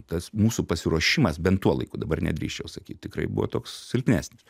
tas mūsų pasiruošimas bent tuo laiku dabar nedrįsčiau sakyt tikrai buvo toks silpnesnis